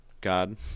God